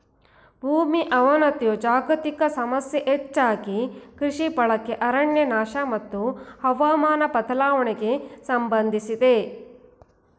ಭೂಮಿ ಅವನತಿಯು ಜಾಗತಿಕ ಸಮಸ್ಯೆ ಹೆಚ್ಚಾಗಿ ಕೃಷಿ ಬಳಕೆ ಅರಣ್ಯನಾಶ ಮತ್ತು ಹವಾಮಾನ ಬದಲಾವಣೆಗೆ ಸಂಬಂಧಿಸಿದೆ